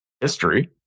history